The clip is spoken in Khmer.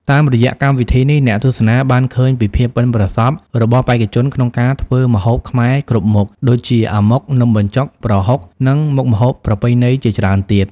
តាមរយៈកម្មវិធីនេះ អ្នកទស្សនាបានឃើញពីភាពប៉ិនប្រសប់របស់បេក្ខជនក្នុងការធ្វើម្ហូបខ្មែរគ្រប់មុខ ដូចជា អាម៉ុក នំបញ្ចុក ប្រហុក និងមុខម្ហូបប្រពៃណីជាច្រើនទៀត។